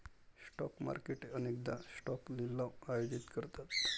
stock market अनेकदा stock लिलाव आयोजित करतात